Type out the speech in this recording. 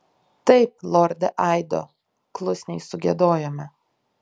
taip lorde aido klusniai sugiedojome